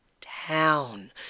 town